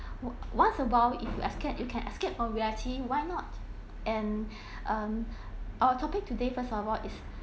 once a while if you escape you can escape from reality why not and and um our topic today first of all is